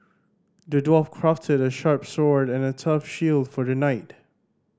the dwarf crafted a sharp sword and a tough shield for the knight